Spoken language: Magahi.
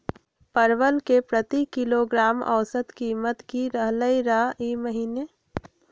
परवल के प्रति किलोग्राम औसत कीमत की रहलई र ई महीने?